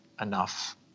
enough